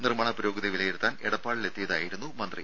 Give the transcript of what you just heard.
നിർമ്മാണ പുരോഗതി വിലയിരുത്താൻ എടപ്പാളിലെത്തിയതായിരുന്നു മന്ത്രി